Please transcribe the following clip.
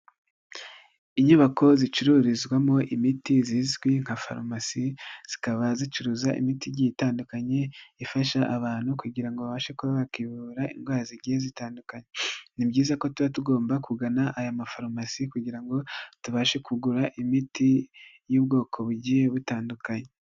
Inyubako zicururizwamo imiti zizwi nka farumasi, zikaba zicuruza imiti igiye itandukanye, ifasha abantu kugira ngo babashe kuba bakivura indwara zigiye zitandukanye. Ni byiza ko tuba tugomba kugana aya mafarumasi kugira ngo tubashe kugura imiti y'ubwoko bugiye butandukanye.